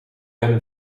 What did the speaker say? hem